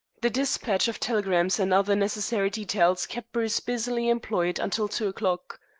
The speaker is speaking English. the despatch of telegrams and other necessary details kept bruce busily employed until two o'clock.